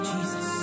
Jesus